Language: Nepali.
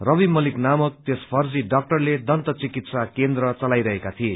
रवि मल्लिक नामक त्यस फर्जी डाक्टरले दन्त चिकित्सा कन्द्र चलाइरहेका थिए